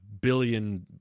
billion